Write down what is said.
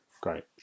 great